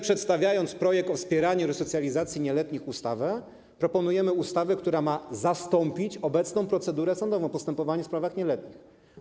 Przedstawiając projekt o wspieraniu resocjalizacji nieletnich, proponujemy ustawę, która ma zastąpić obecną procedurą sądową: postępowanie w sprawach nieletnich.